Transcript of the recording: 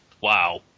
wow